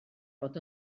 bod